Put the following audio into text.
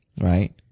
right